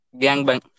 gangbang